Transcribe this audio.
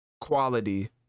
quality